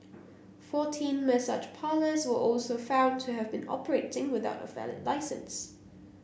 fourteen massage parlours were also found to have been operating without a valid licence